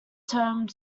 termed